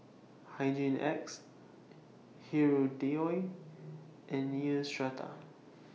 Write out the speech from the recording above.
Hygin X Hirudoid and Neostrata